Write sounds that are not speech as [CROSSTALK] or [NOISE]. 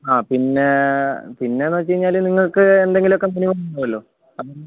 ആ പിന്നെ പിന്നെ എന്ന് വെച്ചുകഴിഞ്ഞാൽ നിങ്ങൾക്ക് എന്തെങ്കിലുമൊക്കെ മെനു ഉണ്ടാവുമല്ലോ [UNINTELLIGIBLE]